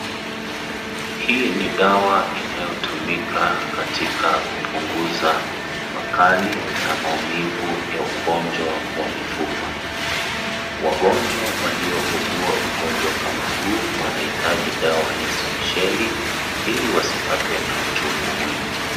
Hii ni dawa inayotumika katika kupunguza makali na maumivu ya ugonjwa wa mifupa. Wagonjwa walio ugua ugonjwa kama huu wanahitaji dawa hii spesheli, ili wasipatwe na uchungu mwingi.